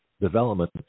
development